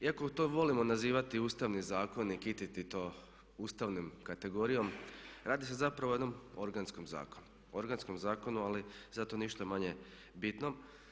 Iako to volimo nazivati Ustavni zakon i kititi to ustavnom kategorijom, radi se zapravo o jednom organskom zakonu, organskom zakonu ali zato ništa manje bitnom.